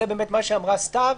זה מה שאמרה סתיו,